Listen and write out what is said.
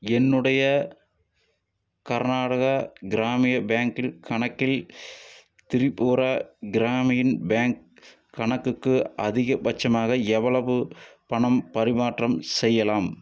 என்னுடைய கர்நாடகா கிராமிய பேங்க்கில் கணக்கில் திரிபுரா கிராமின் பேங்க் கணக்குக்கு அதிகபட்சமாக எவ்வளவு பணம் பரிமாற்றம் செய்யலாம்